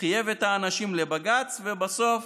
חייב את האנשים לבג"ץ, ובסוף,